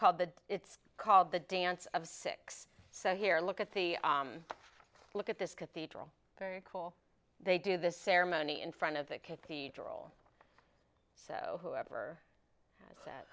called the it's called the dance of six so here look at the look at this cathedral very cool they do the ceremony in front of the cathedral so whoever that